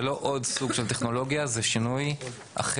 זה לא עוד סוג של טכנולוגיה, זה שינוי אחר.